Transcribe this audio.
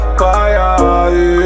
fire